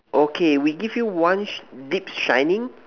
okay we give you one sh~ deep shining